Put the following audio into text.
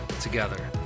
together